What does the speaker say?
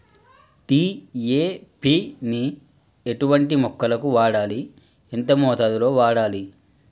DAP ని ఎటువంటి మొక్కలకు వాడాలి? ఎంత మోతాదులో వాడాలి?